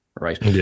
right